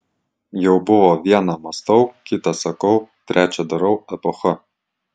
jau buvo viena mąstau kita sakau trečia darau epocha